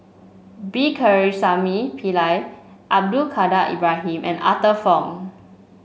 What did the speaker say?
B Pakirisamy Pillai Abdul Kadir Ibrahim and Arthur Fong